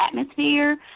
atmosphere